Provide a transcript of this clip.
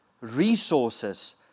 resources